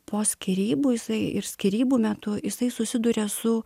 po skyrybų jisai ir skyrybų metu jisai susiduria su